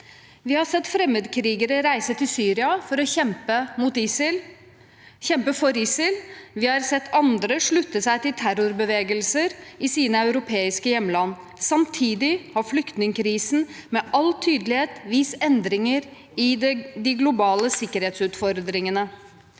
Vi har sett fremmedkrigere reise til Syria for å kjempe for ISIL. Vi har sett andre slutte seg til terrorbevegelser i sine europeiske hjemland. Samtidig har flyktningkrisen med all tydelighet vist endringer i de globale sikkerhetsutfordringene.